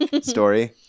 story